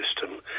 system